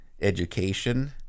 education